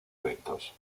eventos